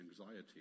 anxiety